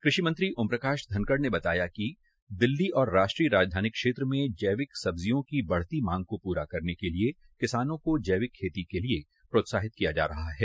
कृषि मंत्री ओम प्रकाश धनखड़ ने बताया कि दिल्ली और राष्ट्रीय राजधानी क्षेत्र में जैविक सब्जियों की बढती मांग को पूरा करने के लिए किसानों को जैविक खेती के लिए प्रोत्साहित किया जा रहा है